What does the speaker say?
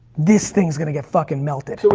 this things gonna get fucking melted.